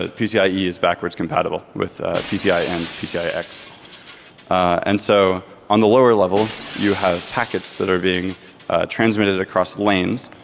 ah pcie is backwards compatible with pci and ah ptix. and so on the lower level you have packets that are being transmitted across lanes,